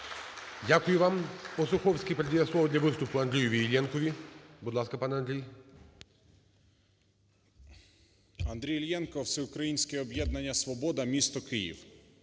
Дякую вам. Осуховськийпередає слово для виступу Андрію Іллєнкові. Будь ласка, пане Андрій. 13:12:53 ІЛЛЄНКО А.Ю. Андрій Іллєнко, Всеукраїнське об'єднання "Свобода", місто Київ.